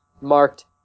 marked